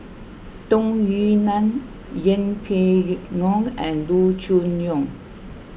Tung Yue Nang Yeng Pway Ngon and Loo Choon Yong